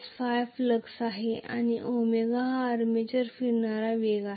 Φ flux आहे ω armature फिरणारा असलेला वेग आहे